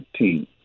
team